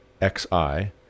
X-I